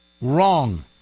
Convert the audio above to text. wrong